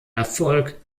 erfolg